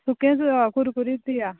सुकेंच कुरकुरीत दियात